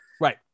Right